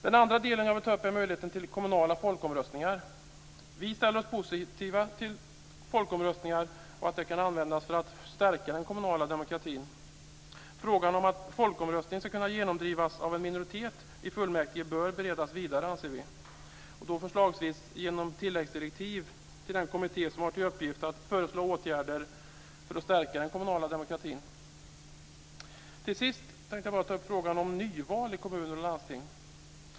Den andra delen jag vill ta upp är möjligheten till kommunala folkomröstningar. Vi ställer oss positiva till folkomröstningar. De kan användas för att stärka den kommunala demokratin. Vi anser att frågan om att folkomröstningar ska kunna genomdrivas av en minoritet i fullmäktige bör beredas vidare. Det bör förslagsvis ske genom tilläggsdirektiv till den kommitté som har till uppgift att föreslå åtgärder för att stärka den kommunala demokratin. Till sist tänkte jag ta upp frågan om nyval i kommuner och landsting.